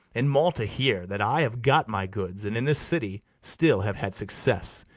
in malta here, that i have got my goods, and in this city still have had success,